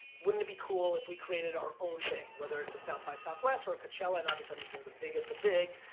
wouldn't it be cool if we created our own thing whether it's a south by southwest or a coachella and obviously i'm using the biggest of big